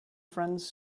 friends